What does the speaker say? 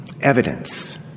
Evidence